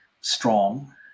strong